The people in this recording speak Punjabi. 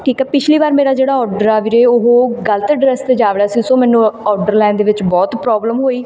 ਠੀਕ ਆ ਪਿਛਲੀ ਵਾਰ ਮੇਰਾ ਜਿਹੜਾ ਔਡਰ ਆ ਵੀਰੇ ਉਹ ਗਲਤ ਅਡਰੈਸ 'ਤੇ ਜਾ ਵੜਿਆ ਸੀ ਸੋ ਮੈਨੂੰ ਔਡਰ ਲੈਣ ਦੇ ਵਿੱਚ ਬਹੁਤ ਪ੍ਰੋਬਲਮ ਹੋਈ